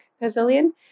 pavilion